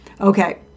Okay